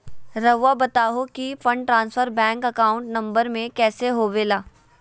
रहुआ बताहो कि fund transfer bank account number में कैसे होबेला?